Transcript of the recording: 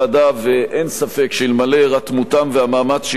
ואין ספק שאלמלא הירתמותם והמאמץ שהשקיעו